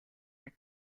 мэт